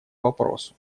вопросу